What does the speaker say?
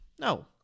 No